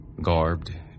garbed